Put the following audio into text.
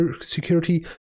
security